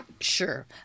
Sure